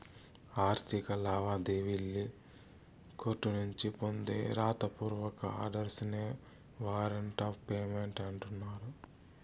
ఆర్థిక లావాదేవీల్లి కోర్టునుంచి పొందే రాత పూర్వక ఆర్డర్స్ నే వారంట్ ఆఫ్ పేమెంట్ అంటన్నారు